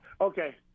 Okay